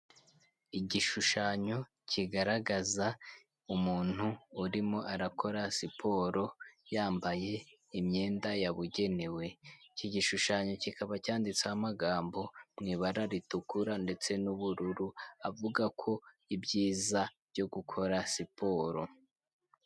Igishushanyo kigaragaza umuntu urimo arakora siporo yambaye imyenda yabugenewe, iki gishushanyo kikaba cyanditseho amagambo mu ibara ritukura ndetse n'ubururu, avuga ko ibyiza byo gukora siporo.